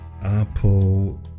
Apple